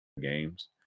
games